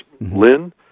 Lynn